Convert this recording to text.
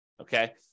okay